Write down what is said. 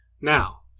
Now